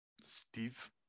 Steve